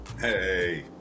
Hey